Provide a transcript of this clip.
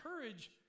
courage